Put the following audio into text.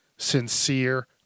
Sincere